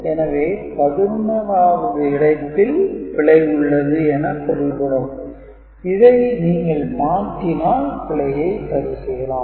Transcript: எனவே 11 வது இடத்தில் பிழை உள்ளது என பொருள்படும் இதை நீங்கள் மாற்றினால் பிழையை சரி செய்யலாம்